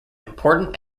important